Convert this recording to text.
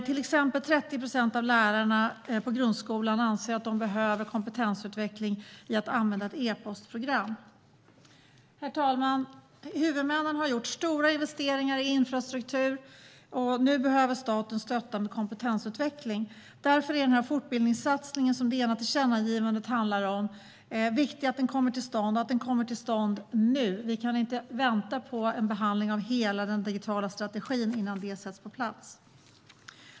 Till exempel 30 procent av lärarna i grundskolan anser att de behöver kompetensutveckling i att använda ett e-postprogram. Herr talman! Huvudmännen har gjort stora investeringar i infrastruktur. Nu behöver staten stötta med kompetensutveckling. Därför är det viktigt att fortbildningssatsningen som det ena tillkännagivandet handlar om kommer till stånd nu. Vi kan inte vänta på en behandling av hela den digitala strategin innan satsningen kommer på plats.